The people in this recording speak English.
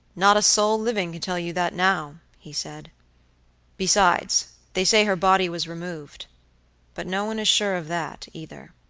not a soul living could tell you that now, he said besides, they say her body was removed but no one is sure of that either.